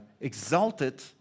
exalted